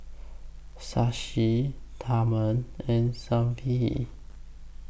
Shashi Tharman and Sanjeev